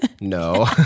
No